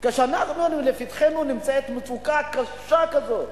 כשבפתחנו נמצאת מצוקה קשה כזאת